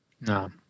No